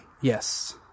Yes